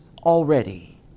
already